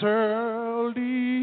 early